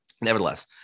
Nevertheless